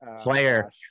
player